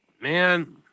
Man